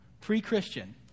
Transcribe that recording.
pre-christian